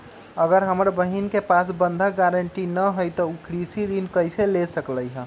अगर हमर बहिन के पास बंधक गरान्टी न हई त उ कृषि ऋण कईसे ले सकलई ह?